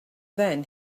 then